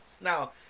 Now